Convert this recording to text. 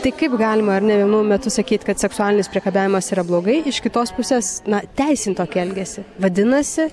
tai kaip galima ar ne vienu metu sakyt kad seksualinis priekabiavimas yra blogai iš kitos pusės na teisint tokį elgesį vadinasi